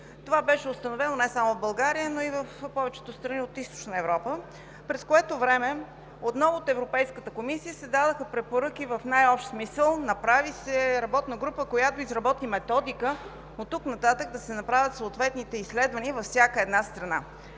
Това беше установено не само в България, но и в повечето страни от Източна Европа, през което време от Европейската комисия в най-общ смисъл отново се дадоха препоръки, направи се работна група, която изработи методика, оттук нататък да се направят съответните изследвания във всяка една страна.